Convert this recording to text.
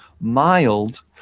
mild